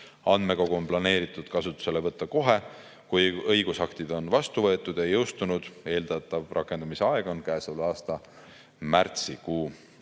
Andmekogu on planeeritud kasutusele võtta kohe, kui õigusaktid on vastu võetud ja jõustunud. Eeldatav rakendamise aeg on käesoleva aasta märtsikuu.